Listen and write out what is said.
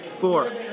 Four